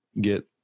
get